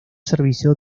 servicio